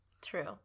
true